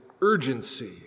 urgency